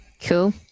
Cool